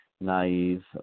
naive